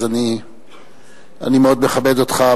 אני מאוד מכבד אותך,